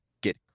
get